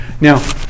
Now